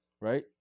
right